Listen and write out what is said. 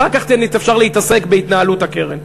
אחר כך אפשר להתעסק בהתנהלות הקרן.